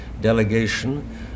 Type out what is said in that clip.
delegation